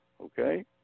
Okay